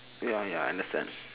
ya ya understand